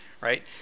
right